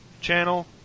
channel